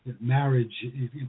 Marriage